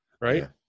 Right